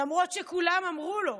למרות שכולם אמרו לו,